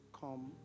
come